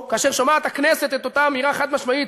כאשר שומעת הכנסת את אותה אמירה חד-משמעית